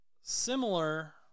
similar